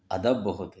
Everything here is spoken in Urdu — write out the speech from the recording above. ادب بہت ہے